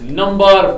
number